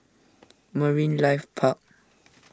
Marine Life Park